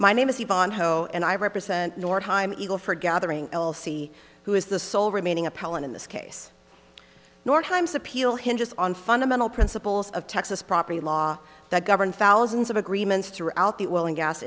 my name is he and i represent north time eagle for gathering l c who is the sole remaining appellant in this case nor himes appeal hinges on fundamental principles of texas property law that governs thousands of agreements throughout the willing gas